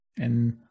And-